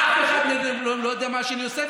שונים, ואף אחד מהם לא יודע מה השני עושה.